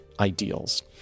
Ideals